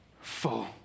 full